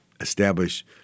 establish